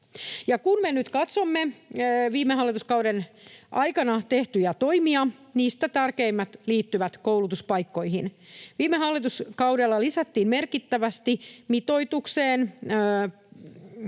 kun me nyt katsomme viime hallituskauden aikana tehtyjä toimia, niistä tärkeimmät liittyvät koulutuspaikkoihin. Viime hallituskaudella lisättiin merkittävästi